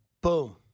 Boom